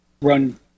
run